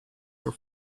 were